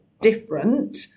different